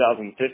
2015